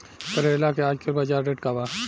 करेला के आजकल बजार रेट का बा?